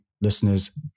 listeners